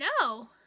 no